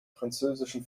französischen